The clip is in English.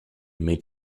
meet